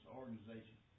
organization